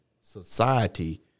society